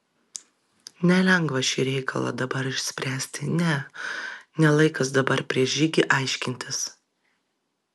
nelengva šį reikalą dabar išspręsti ne ne laikas dabar prieš žygį aiškintis